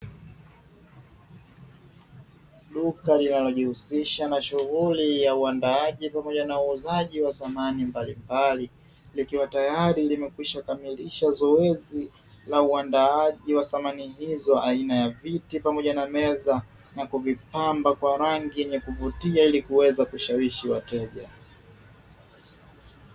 Duka linalojihusisha na shughuli ya uandaaji pamoja na uuzaji wa samani mbalimbali. Likiwa tayari limekwisha kamilisha zoezi la uandaaji wa samani hizo aina ya viti pamoja na meza na kuvipamba kwa rangi yenye kuvutia ili kuweza kushawishi wateja.